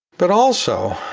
but also,